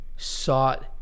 sought